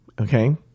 Okay